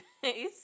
face